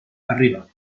arriba